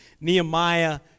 Nehemiah